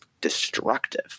destructive